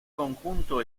conjunto